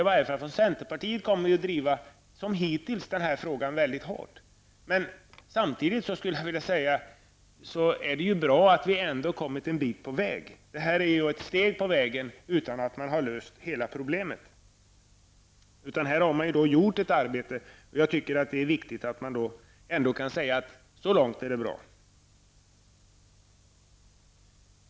I varje fall kommer vi från centerpartiet som hittills att fortsätta att driva denna fråga mycket hårt. Men samtidigt är det bra att vi ändå kommit en bit på väg. Detta är ett steg på vägen utan att man har löst hela problemet. Här har genomförts ett arbete, och det är viktigt att man så här långt kan säga att det är bra.